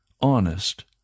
honest